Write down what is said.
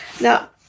now